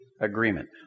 Agreement